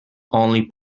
only